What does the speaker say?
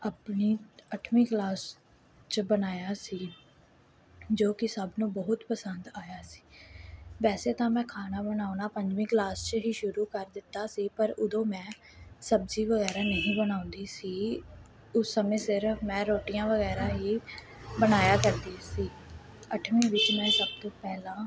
ਆਪਣੀ ਅੱਠਵੀਂ ਕਲਾਸ 'ਚ ਬਣਾਇਆ ਸੀ ਜੋ ਕਿ ਸਭ ਨੂੰ ਬਹੁਤ ਪਸੰਦ ਆਇਆ ਸੀ ਵੈਸੇ ਤਾਂ ਮੈਂ ਖਾਣਾ ਬਣਾਉਣਾ ਪੰਜਵੀਂ ਕਲਾਸ 'ਚ ਹੀ ਸ਼ੁਰੂ ਕਰ ਦਿੱਤਾ ਸੀ ਪਰ ਉਦੋਂ ਮੈਂ ਸਬਜ਼ੀ ਵਗੈਰਾ ਨਹੀਂ ਬਣਾਉਂਦੀ ਸੀ ਉਸ ਸਮੇਂ ਸਿਰਫ ਮੈਂ ਰੋਟੀਆਂ ਵਗੈਰਾ ਹੀ ਬਣਾਇਆ ਕਰਦੀ ਸੀ ਅੱਠਵੀਂ ਵਿੱਚ ਮੈਂ ਸਭ ਤੋਂ ਪਹਿਲਾਂ